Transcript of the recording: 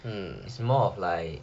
hmm it's more of like